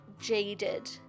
jaded